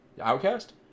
Outcast